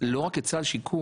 לא רק את סל השיקום,